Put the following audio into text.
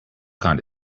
kind